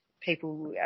People